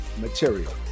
material